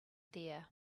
there